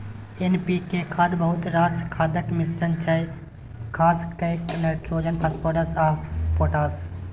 NPK खाद बहुत रास खादक मिश्रण छै खास कए नाइट्रोजन, फास्फोरस आ पोटाश